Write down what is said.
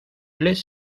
les